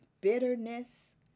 bitterness